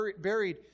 buried